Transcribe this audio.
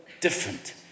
different